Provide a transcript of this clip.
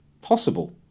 possible